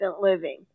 living